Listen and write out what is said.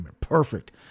perfect